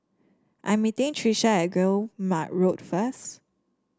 I'm meeting Trisha at Guillemard Road first